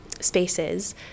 spaces